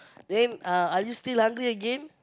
then uh are you still hungry again